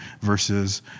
versus